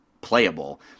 playable